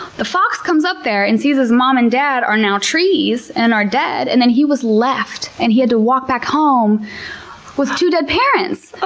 the fox comes up there and sees his mom and dad are now trees and are dead. then he was left, and he had to walk back home with two dead parents.